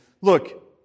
look